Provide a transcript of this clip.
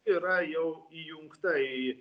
yra jau įjungta į